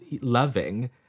loving